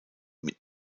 mit